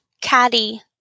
caddy